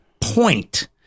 point